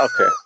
Okay